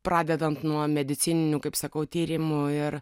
pradedant nuo medicininių kaip sakau tyrimų ir